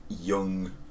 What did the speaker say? young